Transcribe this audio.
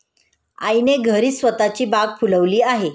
आईने घरीच स्वतःची बाग फुलवली आहे